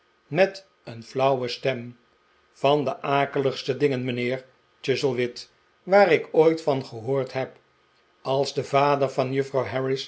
met een flauwe stem van de akeligste dingen mijnheer chuzzlewit waar ik ooit van gehoord heb als de vader van juffrouw